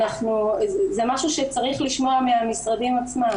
זה משהו שצריך לשמוע מהמשרדים עצמם.